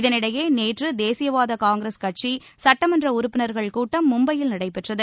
இதனிடையே நேற்று தேசியவாத காங்கிரஸ் கட்சி சுட்டமன்ற உறுப்பினர்கள் கூட்டம் மும்பையில் நடைபெற்றது